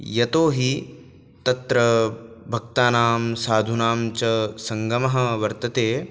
यतोहि तत्र भक्तानां साधूनां च सङ्गमः वर्तते